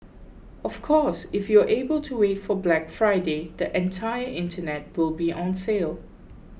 of course if you are able to wait for Black Friday the entire internet will be on sale